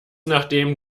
nachdem